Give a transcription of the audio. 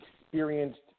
experienced